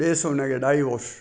ॾिएसि हुनखे डाइवोस